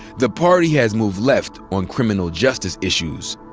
the party has moved left on criminal justice issues.